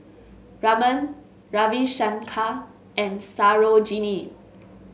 Raman Ravi Shankar and Sarojini